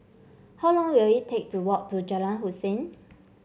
how long will it take to walk to Jalan Hussein